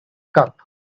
cup